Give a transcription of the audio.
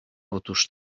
otóż